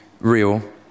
real